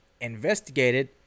investigated